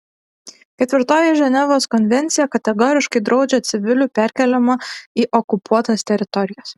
ketvirtoji ženevos konvencija kategoriškai draudžia civilių perkėlimą į okupuotas teritorijas